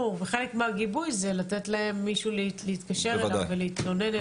חלק מהגיבוי זה לתת להם מישהו להתקשר אליו ולהתלונן.